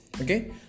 Okay